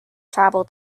travel